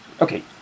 okay